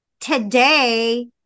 today